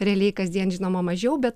realiai kasdien žinoma mažiau be